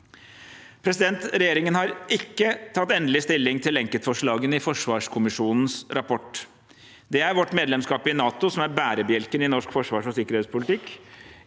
duplisering. Regjeringen har ikke tatt endelig stilling til enkeltforslagene i forsvarskommisjonens rapport. Det er vårt medlemskap i NATO som er bærebjelken i norsk forsvars- og sikkerhetspolitikk.